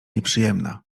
nieprzyjemna